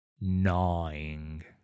gnawing